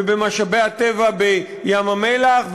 ובמשאבי הטבע בים-המלח,